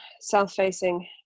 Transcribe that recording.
south-facing